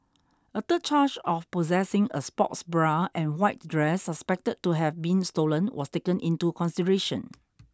a third charge of possessing a sports bra and white dress suspected to have been stolen was taken into consideration